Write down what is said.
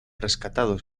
rescatados